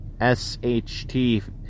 sht